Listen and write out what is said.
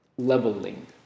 Leveling